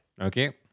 Okay